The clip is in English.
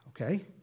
Okay